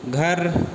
घर